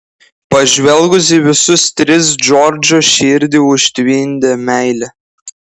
pažvelgus į visus tris džordžo širdį užtvindė meilė